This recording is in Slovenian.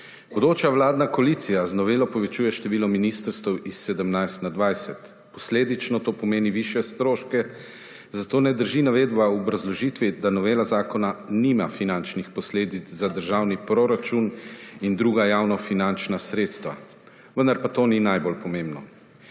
Bodoča vladna koalicija z novel povečuje število ministrstev iz 17 na 20, posledično to pomeni višje stroške, zato ne drži navedba v obrazložitvi, da novela zakona nima finančnih posledic za državni proračun in druga javnofinančna sredstva, vendar pa to ni najbolj pomembno.